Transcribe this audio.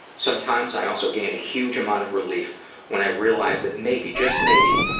sometimes i also gain a huge amount of relief when i realize that maybe, just maybe,